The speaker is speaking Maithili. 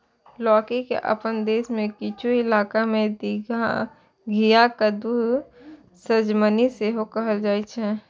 लौकी के अपना देश मे किछु इलाका मे घिया, कद्दू, सजमनि सेहो कहल जाइ छै